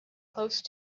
close